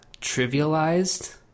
trivialized